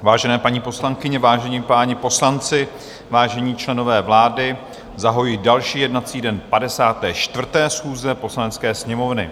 Vážené paní poslankyně, vážení páni poslanci, vážení členové vlády, zahajuji další jednací den 54. schůze Poslanecké sněmovny.